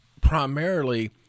primarily